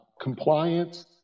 compliance